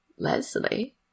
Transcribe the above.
Leslie